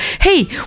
Hey